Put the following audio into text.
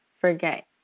forget